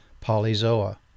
polyzoa